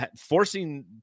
forcing